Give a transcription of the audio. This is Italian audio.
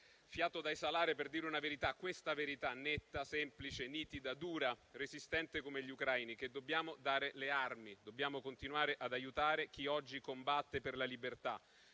fiato da esalare per dire una verità, verità netta, semplice, nitida, dura e resistente come gli ucraini: dobbiamo dare le armi, dobbiamo continuare ad aiutare chi oggi combatte per la libertà,